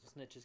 snitches